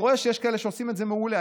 אני רואה שיש כאלה שעושים את זה מעולה.